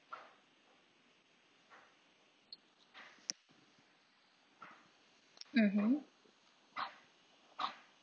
mmhmm